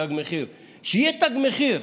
תג מחיר, שיהיה תג מחיר.